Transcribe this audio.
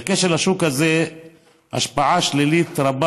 לכשל השוק הזה יש השפעה שלילית רבה